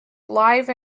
live